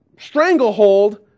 stranglehold